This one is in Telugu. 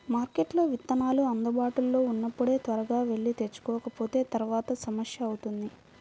మార్కెట్లో విత్తనాలు అందుబాటులో ఉన్నప్పుడే త్వరగా వెళ్లి తెచ్చుకోకపోతే తర్వాత సమస్య అవుతుంది